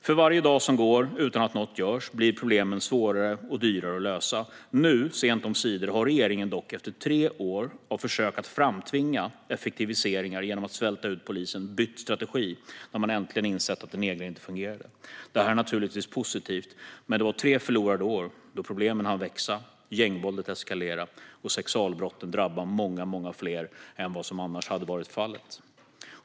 För varje dag som går utan att något görs blir problemen svårare och dyrare att lösa. Nu, sent omsider, efter tre år av försök att framtvinga effektiviseringar genom att svälta ut polisen, har regeringen dock bytt strategi då man äntligen insett att den egna inte fungerade. Detta är naturligtvis positivt, men det var tre förlorade år då problemen hann växa, gängvåldet eskalera och sexualbrotten drabba många fler än vad som annars hade varit fallet.